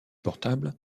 portables